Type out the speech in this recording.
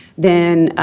then,